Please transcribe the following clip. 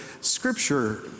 scripture